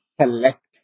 select